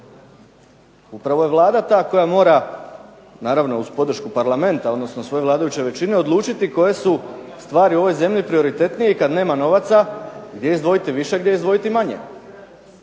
Upravo je Vlada ta koja mora, naravno uz podršku Parlamenta odnosno svoje vladajuće većine odlučiti koje su stvari u ovoj zemlji prioritetnije i kad nema novaca gdje izdvojiti više, gdje izdvojiti manje.